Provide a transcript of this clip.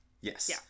Yes